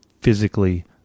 physically